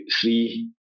three